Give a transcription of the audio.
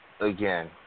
again